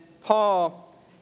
Paul